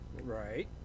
Right